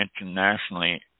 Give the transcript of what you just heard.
internationally